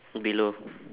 below